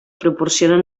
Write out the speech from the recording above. proporcionen